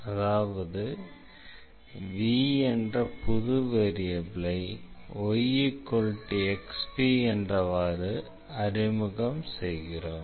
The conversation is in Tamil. அதாவது vஎன்ற புது வேரியபிளை yxv என்றவாறு அறிமுகம் செய்கிறோம்